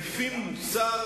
תיכף נחזור